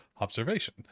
observation